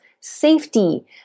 safety